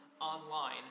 online